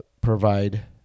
provide